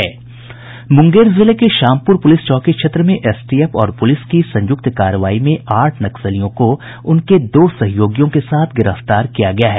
bite Munger जिले के Shampur police चौकी क्षेत्र में एसटीएफ और पुलिस की संयुक्त कार्रवाई में आठ नक्सलियों को उनके दो सहयोगियों के साथ गिरफ्तार किया गया है